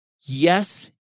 Yes